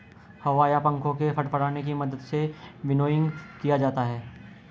हवा या पंखों के फड़फड़ाने की मदद से विनोइंग किया जाता है